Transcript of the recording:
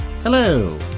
Hello